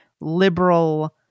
liberal